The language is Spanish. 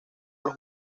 los